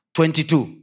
Twenty-two